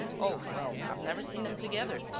oh, well, i've never seen them together.